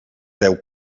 deu